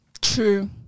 True